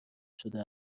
شده